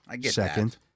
second